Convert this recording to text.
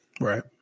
Right